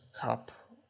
Cup